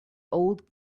old